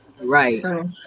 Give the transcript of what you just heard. Right